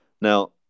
Now